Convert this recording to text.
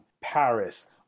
Paris